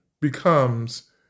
becomes